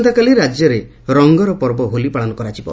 ଆସନ୍ତାକାଲି ରାଜ୍ୟରେ ରଙ୍ଗର ପର୍ବ ହୋଲି ପାଳନ କରାଯିବ